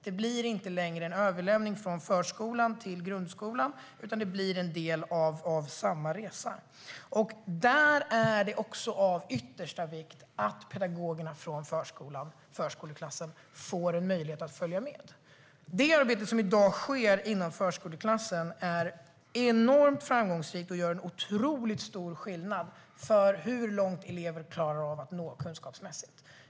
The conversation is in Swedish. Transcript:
Det blir inte längre en överlämning från förskolan till grundskolan, utan det blir en del av samma resa. Där är det också av yttersta vikt att pedagogerna från förskoleklassen får en möjlighet att följa med. Det arbete som i dag sker inom förskoleklassen är enormt framgångsrikt och gör en otroligt stor skillnad för hur långt elever klarar av att nå kunskapsmässigt.